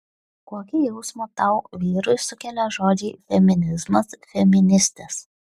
kokį jausmą tau vyrui sukelia žodžiai feminizmas feministės